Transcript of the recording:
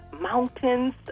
mountains